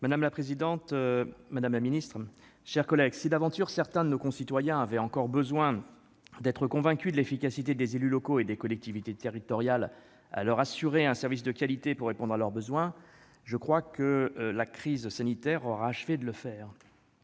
Madame la présidente, madame la ministre, chers collègues, si d'aventure certains de nos concitoyens avaient encore besoin d'être convaincus de l'efficacité des élus locaux et des collectivités territoriales pour leur assurer un service de qualité en vue de répondre à leurs besoins, je crois que la crise sanitaire aura achevé de le faire.